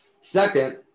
Second